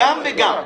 גם וגם,